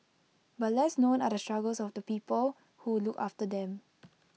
but less known are the struggles of the people who look after them